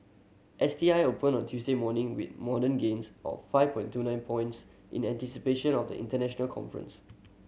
S T I opened on Tuesday morning with moden gains of five point two nine points in anticipation of the international conference